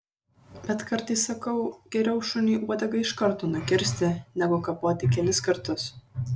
bet kartais sakau geriau šuniui uodegą iš karto nukirsti negu kapoti kelis kartus